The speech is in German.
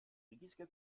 riesige